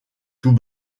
tout